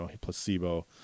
Placebo